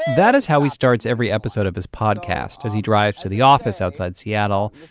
that is how he starts every episode of his podcast as he drives to the office outside seattle,